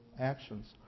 actions